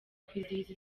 kwizihiza